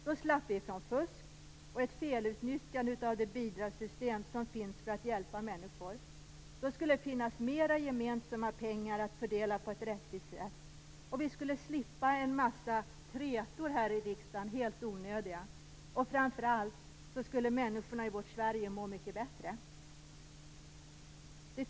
Då skulle vi slippa fusk och ett felutnyttjande av det bidragssystem som finns för att hjälpa människor. Då skulle det finnas mera gemensamma pengar att fördela på ett rättvist sätt, och vi skulle slippa en massa helt onödiga trätor här i riksdagen. Framför allt skulle människorna i vårt Sverige må mycket bättre.